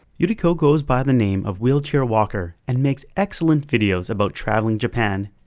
yuriko goes by the name of wheelchair walker and makes excellent videos about travelling japan,